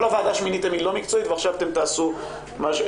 כל הוועדה שמיניתם היא לא מקצועית ועכשיו אתם תעשו לפי